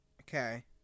Okay